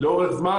לאורך זמן.